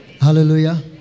hallelujah